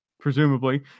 presumably